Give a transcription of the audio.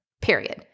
period